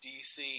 dc